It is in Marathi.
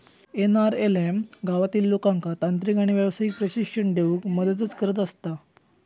एन.आर.एल.एम गावातील लोकांका तांत्रिक आणि व्यावसायिक प्रशिक्षण देऊन मदतच करत असता